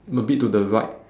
a bit to the right